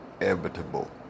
inevitable